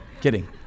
kidding